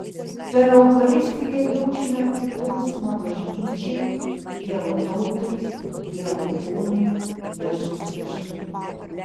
per eucharistiją jaučiame priklausymą bažnyčiai dievo tautai dievo kūnui jėzui kristui